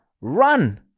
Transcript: Run